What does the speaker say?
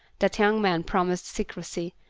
that young man promised secrecy,